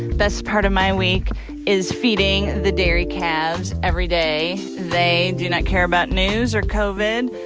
best part of my week is feeding the dairy calves every day. they do not care about news or covid,